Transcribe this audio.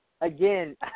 again